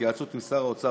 התייעצות עם שר האוצר,